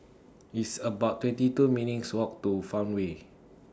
It's about twenty two minutes' Walk to Farmway